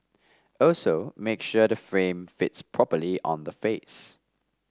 also make sure the frame fits properly on the face